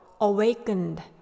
awakened